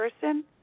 person